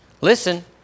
listen